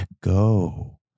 go